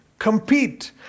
Compete